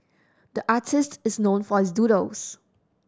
the artist is known for his doodles